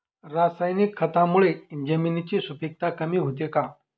रासायनिक खतांमुळे जमिनीची सुपिकता कमी होते का?